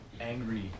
angry